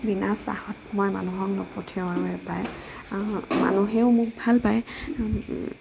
বিনা চাহত মই মানুহক নপঠিয়াওঁয়ে প্ৰায় মানুহেও মোক ভাল পায়